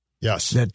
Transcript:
Yes